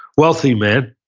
wealthy man,